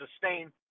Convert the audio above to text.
sustain